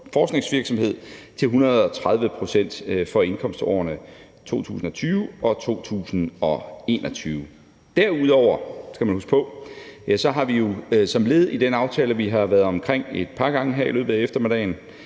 forskningsvirksomhed til 130 pct. for indkomstårene 2020 og 2021. Derudover skal man huske på, at vi jo som led i den aftale, vi har været omkring et par gange her i løbet af eftermiddagen,